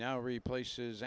now replace